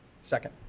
Second